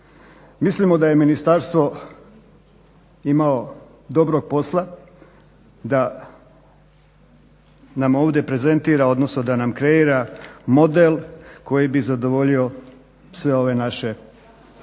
Mislimo da je ministarstvo imalo dobrog posla da nam ovdje prezentira, odnosno da nam kreira model koji bi zadovoljio sve ove naše, sva